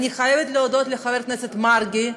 אני חייבת להודות לחבר הכנסת מרגי.